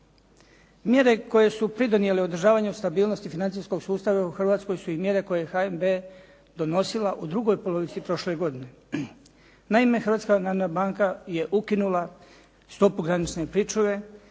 Mjere koje su pridonijele održavanju stabilnosti financijskog sustava u Hrvatskoj su i mjere koje je HNB donosila u drugoj polovici prošle godine. Naime, Hrvatska narodna banka je ukinula stopu granične pričuve,